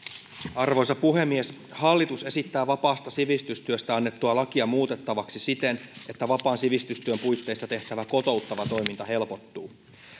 arvoisa puhemies hallitus esittää vapaasta sivistystyöstä annettua lakia muutettavaksi siten että vapaan sivistystyön puitteissa tehtävä kotouttava toiminta helpottuu